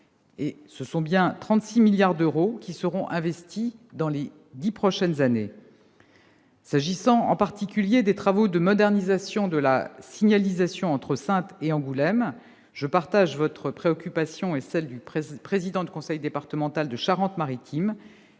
Ce sont ainsi 36 milliards d'euros qui seront investis dans les dix prochaines années. S'agissant des travaux de modernisation de la signalisation entre Saintes et Angoulême, je partage votre préoccupation, monsieur le sénateur, et celle du président du conseil départemental de Charente-Maritime.